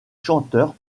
chanteur